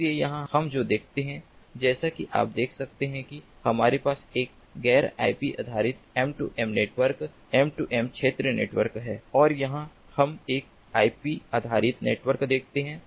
इसलिए यहां हम जो देखते हैं जैसा कि आप देख सकते हैं कि हमारे पास एक गैर आईपी आधारित M2M नेटवर्क M2M क्षेत्र नेटवर्क है और यहां हम एक आईपी आधारित नेटवर्क देखते हैं